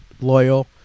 loyal